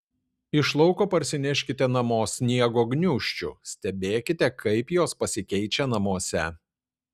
iš lauko parsineškite namo sniego gniūžčių stebėkite kaip jos pasikeičia namuose